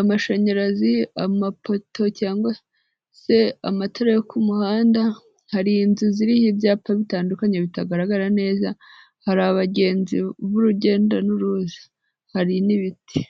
amashanyarazi, amapoto cyangwa se amatara yo ku muhanda, hari inzu ziriho ibyapa bitandukanye bitagaragara neza, hari abagenzi b'urugenda n'uruza, hari n'ibiti.